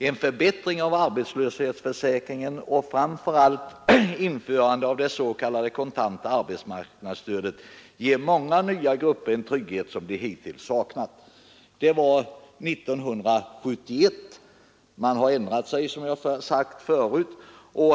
En förbättring av arbetslöshetsförsäkringen och framför allt införandet av det s.k. kontanta arbetsmarknadsstödet ger många nya grupper en trygghet, som de hittills saknat.” Det var alltså 1971, men som jag sade har man sedan ändrat sig.